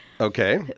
Okay